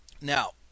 Now